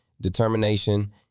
determination